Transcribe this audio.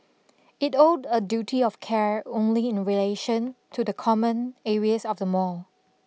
it owed a duty of care only in relation to the common areas of the mall